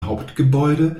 hauptgebäude